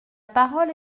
parole